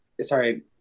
sorry